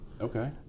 Okay